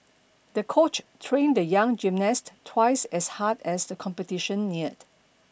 the coach trained the young gymnast twice as hard as the competition neared